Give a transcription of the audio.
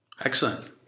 Excellent